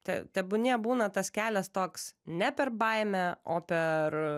te tebūnie būna tas kelias toks ne per baimę o per